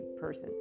person